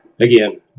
Again